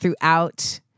throughout